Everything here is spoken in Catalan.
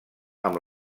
amb